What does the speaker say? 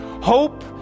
hope